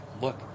look